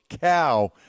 cow